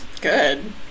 Good